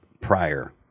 prior